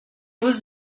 was